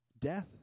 death